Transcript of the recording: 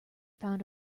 found